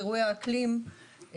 אירועי האקלים,